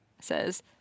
says